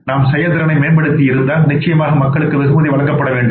நாம் செயல்திறனை மேம்படுத்தியிருந்தால் நிச்சயமாக மக்களுக்கு வெகுமதி வழங்கப்பட வேண்டும்